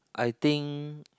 I think